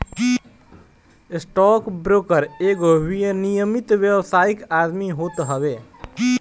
stock broker एगो विनियमित व्यावसायिक आदमी होत हवे